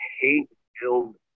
hate-filled